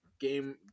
game